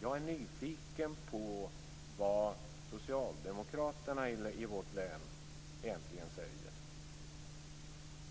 Jag är nyfiken på vad socialdemokraterna i vårt län egentligen säger.